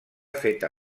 feta